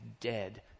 dead